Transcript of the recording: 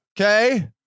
Okay